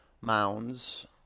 mounds